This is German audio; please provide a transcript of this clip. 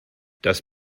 das